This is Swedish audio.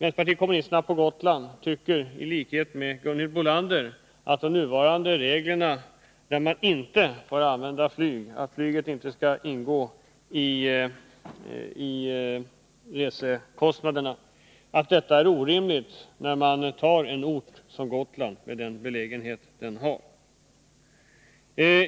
Vpk på Gotland tycker, i likhet med Gunhild Bolander, att de nuvarande reglerna — som innebär att kostnad för flyg inte får ingå i reskostnaderna — är orimliga när det gäller en plats som Gotland med dess speciella belägenhet.